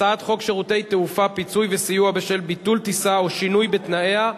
הצעת חוק שירותי תעופה (פיצוי וסיוע בשל ביטול טיסה או שינוי בתנאיה),